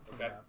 Okay